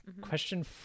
question